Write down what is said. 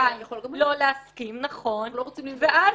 ואז,